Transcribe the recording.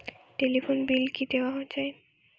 Telephone bill কি দেওয়া যায়?